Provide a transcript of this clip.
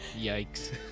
Yikes